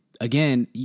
again